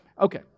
Okay